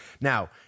Now